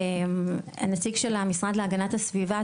והנציג של המשרד להגנת הסביבה,